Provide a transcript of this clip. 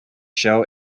show